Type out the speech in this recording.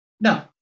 no